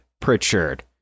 Pritchard